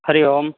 हरिः ओम्